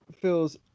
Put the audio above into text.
feels